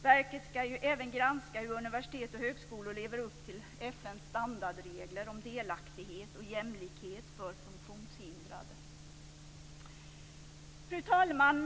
Verket skall även granska hur universitet och högskolor lever upp till FN:s standardregler om delaktighet och jämlikhet för funktionshindrade. Fru talman!